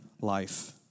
life